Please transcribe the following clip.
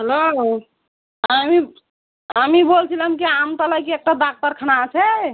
hello হ্যাঁ আমি আমি বলছিলাম কি আমতলায় কি একটা ডাক্তারখানা আছে